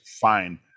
fine